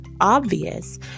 obvious